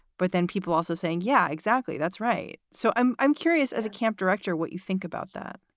but then people also saying, yeah, exactly. that's right. so i'm i'm curious, as a camp director, what you think about that